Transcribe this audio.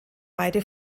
beide